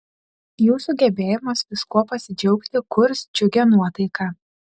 jūsų gebėjimas viskuo pasidžiaugti kurs džiugią nuotaiką